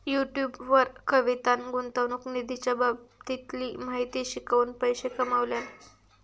YouTube वर कवितान गुंतवणूक निधीच्या बाबतीतली माहिती शिकवून पैशे कमावल्यान